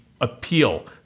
appeal